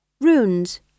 Runes